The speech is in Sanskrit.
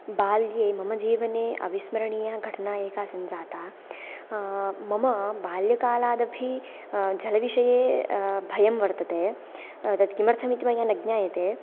बाल्ये मम जीवने अवस्मरणीया घटना एका सञ्जाता मम बाल्यकालादपि जलविषये भयं वर्तते तत् किमर्थमिति मया न ज्ञायते